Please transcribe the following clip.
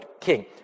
king